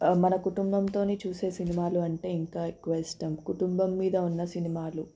మన కుటుంబంతో చూసే సినిమాలు అంటే ఇంకా ఎక్కువ ఇష్టం కుటుంబం మీద ఉన్న సినిమాలు